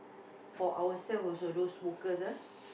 for ourselves also those smokers ah